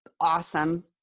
Awesome